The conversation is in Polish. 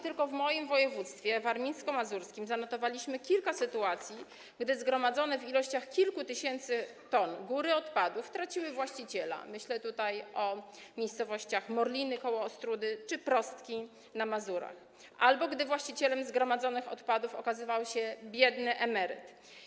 Tylko w moim województwie, województwie warmińsko-mazurskim, odnotowaliśmy kilka przypadków, gdy zgromadzone w ilościach kilku tysięcy ton góry odpadów traciły właściciela - myślę tutaj o miejscowości Morliny koło Ostródy czy Prostki na Mazurach - albo gdy właścicielem zgromadzonych odpadów okazywał się biedny emeryt.